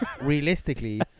realistically